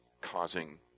causing